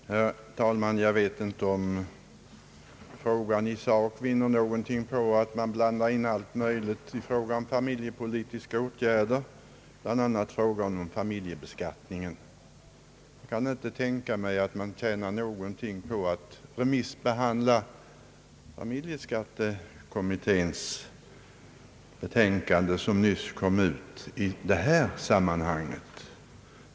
Herr talman! Jag vet inte om frågan i sak vinner någonting på att man blandar in alla möjliga familjepolitiska åtgärder, bl.a. frågan om familjebeskattningen. Jag kan inte tänka mig att man tjänar någonting på att i det här sammanhanget behandla familjeskattekommitténs betänkande, som nyss kommit ut.